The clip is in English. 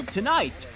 tonight